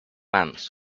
ants